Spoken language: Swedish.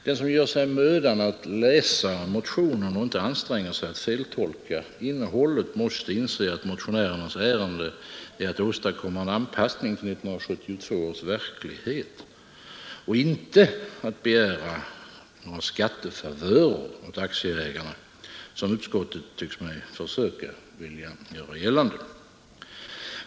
Den som gör sig mödan att läsa Onsdagen den motionen och inte anstränger sig att feltolka innehållet måste inse, att — I november 1972 motionärernas ärende är att åstadkomma en anpassning till 1972 års ——— verklighet och inte att begära några skattefavörer åt aktieägarna, som Andrade regierför utskottet tycks mig försöka vilja göra gällande.